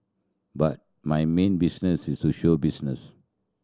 but my main business is show business